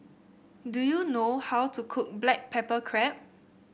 do you know how to cook Black Pepper Crab